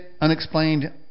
unexplained